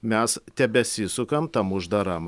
mes tebesisukam tam uždaram